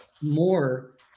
more